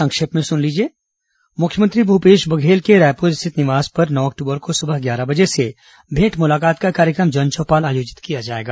संक्षिप्त समाचार मुख्यमंत्री भूपेश बघेल के रायपुर स्थित निवास में नौ अक्टूबर को सुबह ग्यारह बजे से भेंट मुलाकात का कार्यक्रम जन चौपाल आयोजित किया जाएगा